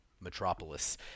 Metropolis